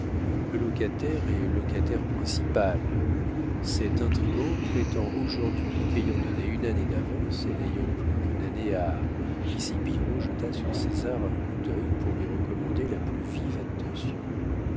le locataire est locataire principal cet intrigant prétend aujourd'hui qu'ayant donné une année d'avance et n'ayant plus qu'une année à ici pillerault jeta sur césar un coup d'œil pour lui recommander la plus vive attention